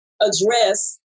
address